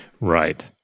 Right